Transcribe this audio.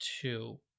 two